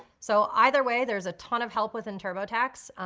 so either way there's a ton of help within turbotax,